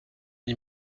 une